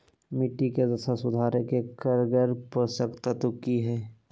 मिट्टी के दशा सुधारे के कारगर पोषक तत्व की है?